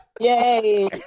Yay